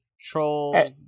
troll